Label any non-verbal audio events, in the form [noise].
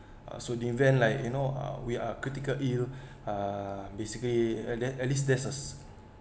uh so in the event like you know uh we are critically ill [breath] uh basically and then at least there's a